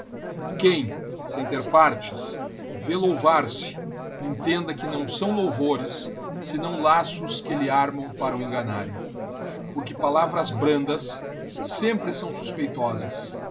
quem sem ter partes vê louvar se entenda que não são louvores senão laços que lhe armão para o enganarem porque palavras brandas sempre são suspeitosas